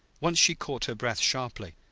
once she caught her breath sharply,